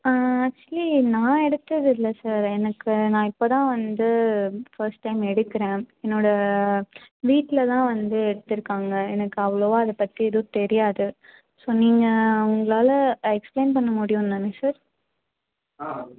ஆ actually நான் எடுத்தது இல்லை சார் எனக்கு நான் இப்போதான் வந்து ஃபர்ஸ்ட் டைம் எடுக்கிறேன் என்னோட வீட்டில் தான் வந்து எடுத்து இருக்காங்க எனக்கு அவ்வளோவா அதை பற்றி எதுவும் தெரியாது ஸோ நீங்கள் உங்களால் எக்ஸ்பிளைன் பண்ண முடியும் தானே சார்